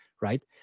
right